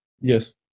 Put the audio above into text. Yes